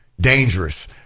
Dangerous